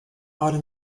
âlde